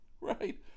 Right